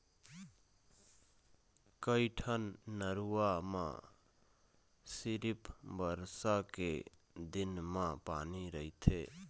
कइठन नरूवा म सिरिफ बरसा के दिन म पानी रहिथे